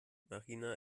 marina